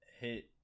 hit